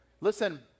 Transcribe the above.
Listen